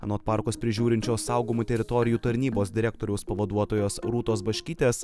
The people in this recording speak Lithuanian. anot parkus prižiūrinčios saugomų teritorijų tarnybos direktoriaus pavaduotojos rūtos baškytės